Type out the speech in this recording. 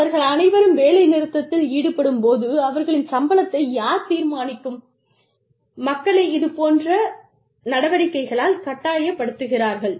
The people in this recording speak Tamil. அவர்கள் அனைவரும் வேலைநிறுத்தத்தில் ஈடுபடும் போது அவர்களின் சம்பளத்தை யார் தீர்மானிக்கும் மக்களை இது போன்ற நடவடிக்கைகளால் கட்டாயப்படுத்துகிறார்கள்